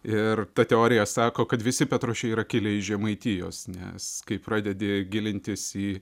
ir ta teorija sako kad visi petrošiai yra kilę iš žemaitijos nes kai pradedi gilintis į